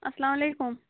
السلام علیکُم